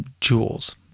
Jewels